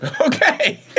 Okay